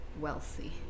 wealthy